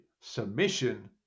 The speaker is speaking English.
submission